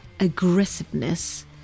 Aggressiveness